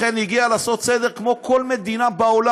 לכן, הגיע הזמן לעשות סדר, כמו כל מדינה בעולם.